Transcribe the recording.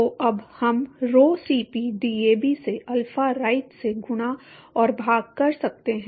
तो अब हम rho Cp DAB से अल्फा राइट से गुणा और भाग कर सकते हैं